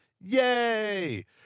yay